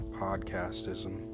podcastism